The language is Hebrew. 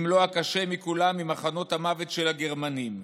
אם לא הקשה מכולם, ממחנות המוות של הגרמנים.